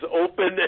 open